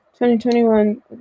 2021